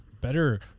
better